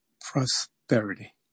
prosperity